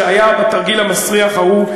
שהיה בתרגיל המסריח ההוא,